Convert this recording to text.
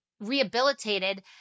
rehabilitated